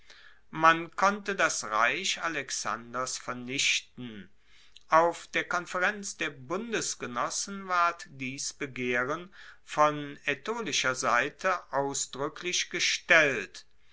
man konnte das reich alexanders vernichten auf der konferenz der bundesgenossen ward dies begehren von aetolischer seite ausdruecklich gestellt